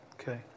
Okay